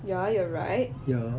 ya you are right